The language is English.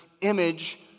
image